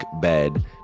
bed